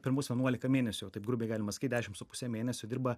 pirmus vienuolika mėnesių taip grubiai galima sakyt dešimt su puse mėnesių dirba